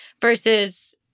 Versus